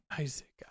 Isaac